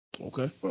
Okay